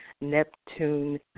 Neptune